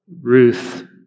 Ruth